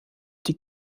die